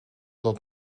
dat